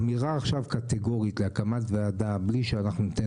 אמירה עכשיו קטגורית להקמת ועדה בלי שאנחנו ניתן